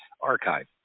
archive